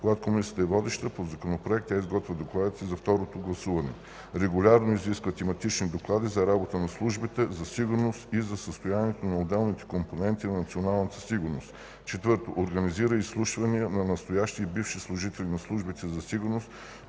Когато Комисията е водеща по законопроект, тя изготвя докладите за второто му гласуване; 3. регулярно изисква тематични доклади за работата на службите за сигурност и за състоянието на отделните компоненти на националната сигурност; 4. организира изслушвания на настоящи и бивши служители на службите за сигурност,